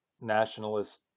nationalist